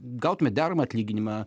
gautumėt deramą atlyginimą